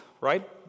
right